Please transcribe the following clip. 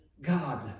God